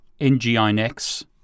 NGINX